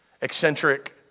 eccentric